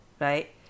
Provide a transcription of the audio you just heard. right